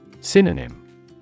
Synonym